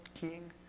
king